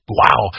wow